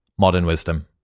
modernwisdom